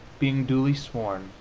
being duly sworn,